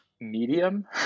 Medium